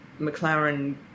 McLaren